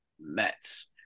Mets